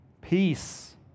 peace